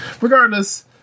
Regardless